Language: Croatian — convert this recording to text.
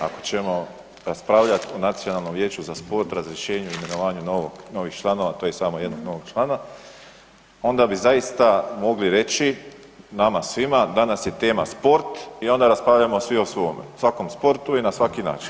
Ako ćemo raspravljati o Nacionalnom vijeću za sport razrješenju i imenovanju novih članova tj. samo jednog novog člana onda bi zaista mogli reći nama svima, danas je tema sport i onda raspravljati svi o svome, svakom sportu i na svaki način.